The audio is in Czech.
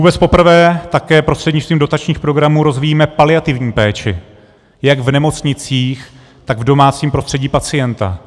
Vůbec poprvé také prostřednictvím dotačních programů rozvíjíme paliativní péči jak v nemocnicích, tak v domácím prostředí pacienta.